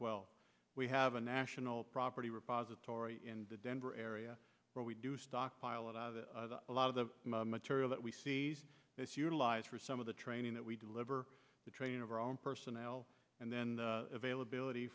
well we have a national property repository in the denver area where we do stockpile of the a lot of the material that we see this utilize for some of the training that we deliver the training of our own personnel and then availab